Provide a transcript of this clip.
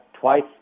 twice